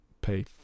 pay